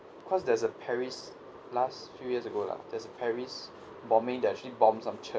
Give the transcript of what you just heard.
because there's a paris last few years ago lah there's a paris bombing that actually bombed some church